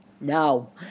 no